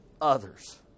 others